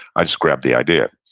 i just grab the idea.